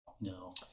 no